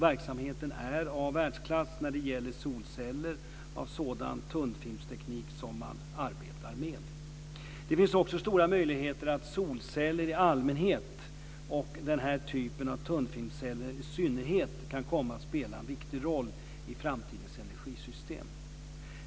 Verksamheten är av världsklass när det gäller solceller av sådan tunnfilmsteknik som man arbetar med. Det finns också stora möjligheter att solceller i allmänhet och den här typen av tunnfilmsceller i synnerhet kan komma att spela en viktig roll i framtidens energisystem.